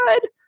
good